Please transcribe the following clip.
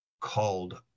called